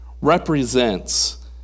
represents